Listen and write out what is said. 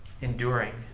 enduring